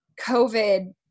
COVID